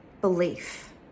belief